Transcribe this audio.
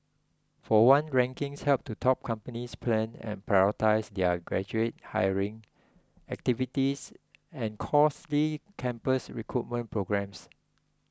for one rankings help to top companies plan and prioritise their graduate hiring activities and costly campus recruitment programmes